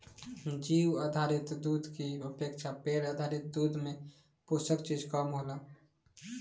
जीउ आधारित दूध की अपेक्षा पेड़ आधारित दूध में पोषक चीज कम होला